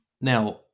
now